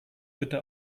bitte